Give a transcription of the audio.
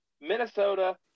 Minnesota